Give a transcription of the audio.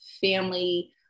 family